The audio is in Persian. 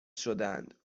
شدهاند